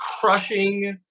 crushing